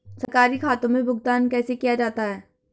सरकारी खातों में भुगतान कैसे किया जाता है?